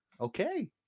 okay